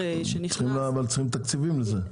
צריכים תקציבים לזה.